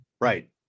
Right